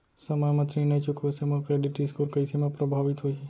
समय म ऋण नई चुकोय से मोर क्रेडिट स्कोर कइसे म प्रभावित होही?